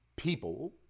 people